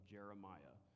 Jeremiah